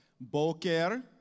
boker